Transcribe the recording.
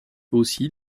aussi